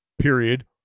period